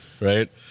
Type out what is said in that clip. right